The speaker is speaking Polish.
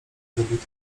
zabitych